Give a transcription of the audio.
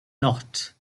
not